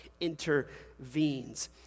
intervenes